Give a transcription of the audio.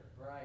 Right